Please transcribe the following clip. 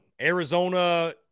Arizona